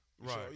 Right